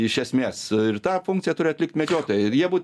iš esmės ir tą funkciją turi atlikt medžiotojai ir jie būt